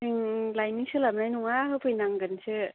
लायनो सोलाबनाय नङा होफै नांगोनसो